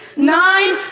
nine.